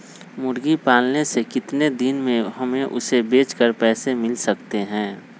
मुर्गी पालने से कितने दिन में हमें उसे बेचकर पैसे मिल सकते हैं?